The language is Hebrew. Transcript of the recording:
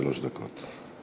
שלוש דקות.